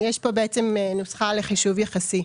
יש פה בעצם נוסחה לחישוב יחסי.